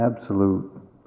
absolute